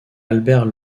albert